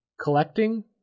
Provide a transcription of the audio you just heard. collecting